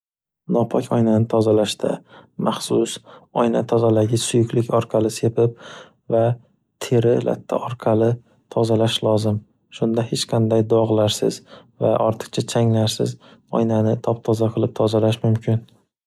Nopok oynani tozalashda, maxsus, oyna tozadagi suyuklik orqali sepib va teri latta orqali tozalash lozim, shunda hech qanday dog'larsiz va ortiqcha changlarsiz oynani top-toza qilib tozalash mumkin.